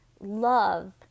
Love